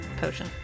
potion